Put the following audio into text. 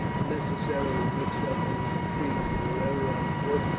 and necessarily mixed up in the intrigues that are ever on foot,